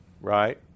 right